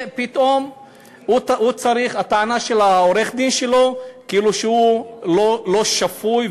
פתאום הטענה של עורך-הדין שלו הייתה כאילו הוא לא שפוי,